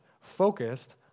focused